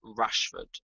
Rashford